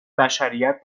بشریت